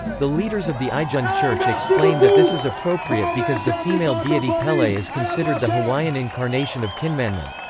the leaders of the ijun church explain that this is appropriate because the female deity pele is considered the hawaiian incarnation of kinmanmon.